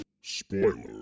Spoiler